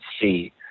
see